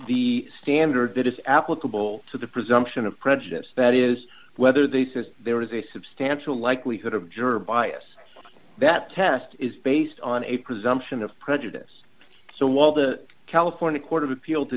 the standard that is applicable to the presumption of prejudice that is whether the since there is a substantial likelihood of jersey bias that test is based on a presumption of prejudice so while the california court of appeal